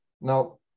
Now